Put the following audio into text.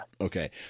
okay